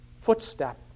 footstep